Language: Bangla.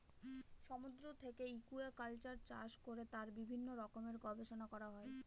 সমুদ্র থেকে একুয়াকালচার চাষ করে তার বিভিন্ন রকমের গবেষণা করা হয়